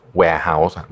warehouse